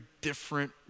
different